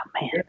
man